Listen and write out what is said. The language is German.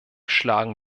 schlagen